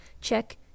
Check